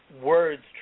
words